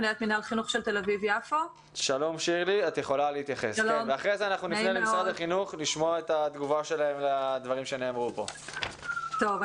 מנהלת מינהל חינוך של תל אביב-יפו ואשמח להתייחס בתור רשות מקומית.